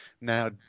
now